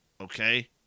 okay